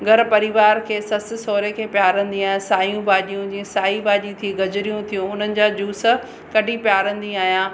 घर परिवार खे ससु सोहुरे खे पिआरींदी आहियां सायूं भाॼियूं हूंदियूं आहिनि साई भाॼी थी गजरूं थियूं उन्हनि जा जूस कढी पिआरींदी आहिंयां